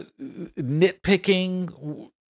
nitpicking